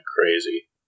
crazy